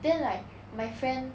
then like my friend